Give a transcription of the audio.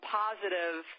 positive